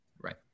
Right